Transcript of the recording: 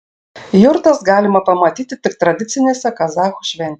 jurtas galima pamatyti tik tradicinėse kazachų šventėse